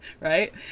Right